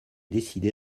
décidé